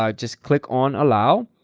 um just click on allow,